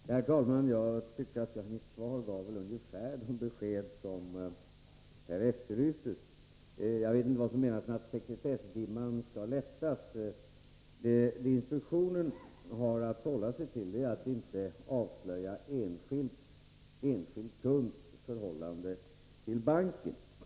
Herr talman! Jag tyckte att jag i mitt svar gav ungefär de besked som här efterlystes. Jag vet inte vad som menas med att sekretessdimman skall lättas. Det bankinspektionen har att hålla sig till är att inte avslöja en enskild kunds förhållande till banken.